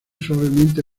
suavemente